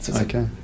Okay